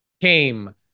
came